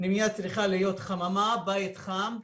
פנימייה צריכה להיות חממה, בית חם,